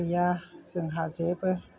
गैया जोंहा जेबो